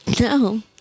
No